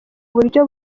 buryo